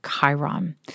Chiron